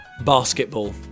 Basketball